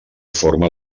forma